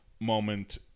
Moment